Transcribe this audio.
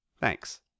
Thanks